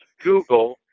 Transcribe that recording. Google